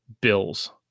Bills